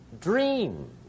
Dream